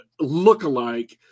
lookalike